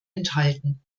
enthalten